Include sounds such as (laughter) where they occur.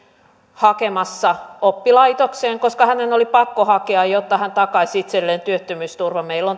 hakemassa oppilaitokseen koska hänen oli pakko hakea jotta hän takaisi itselleen työttömyysturvan meillä (unintelligible)